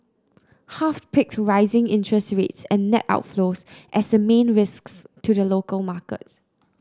half picked rising interest rates and net outflows as the main risks to the local market